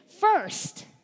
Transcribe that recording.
First